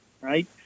right